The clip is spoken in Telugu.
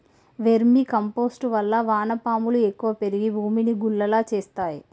వెర్మి కంపోస్ట్ వల్ల వాన పాములు ఎక్కువ పెరిగి భూమిని గుల్లగా చేస్తాయి